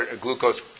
glucose